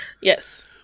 Yes